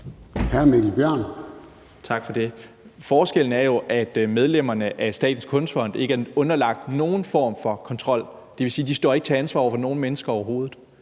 Tak for det. Forskellen er jo, at medlemmerne af Statens Kunstfond ikke er underlagt nogen form for kontrol. Det vil sige, at de ikke står til ansvar over for nogen mennesker overhovedet.